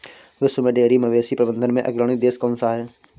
विश्व में डेयरी मवेशी प्रबंधन में अग्रणी देश कौन सा है?